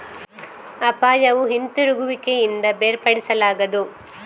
ಅಪಾಯವು ಹಿಂತಿರುಗುವಿಕೆಯಿಂದ ಬೇರ್ಪಡಿಸಲಾಗದು